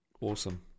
awesome